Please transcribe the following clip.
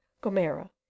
gomera